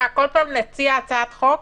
נציע הצעת חוק